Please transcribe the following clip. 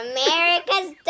America's